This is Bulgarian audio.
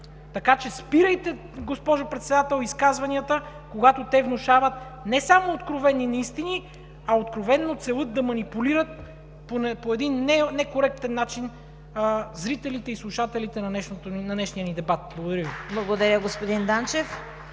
Така че, спирайте, госпожо Председател, изказванията, когато те внушават не само откровени неистини, а откровено целят да манипулират по един некоректен начин зрителите и слушателите на днешния ни дебат. Благодаря Ви. (Частични ръкопляскания